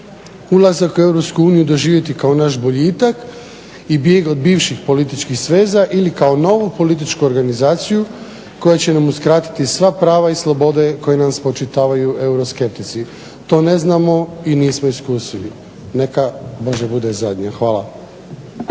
ulazak u EU doživjeti kao naš boljitak i bijeg od bivših političkih sveza ili kao novu političku organizaciju koja će nam uskratiti sva prava i slobode koje nam spočitavaju euroskeptici. To ne znamo i nismo iskusili. Neka Bože bude zadnja. Hvala.